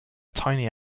tiny